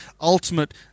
ultimate